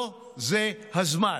לא זה הזמן,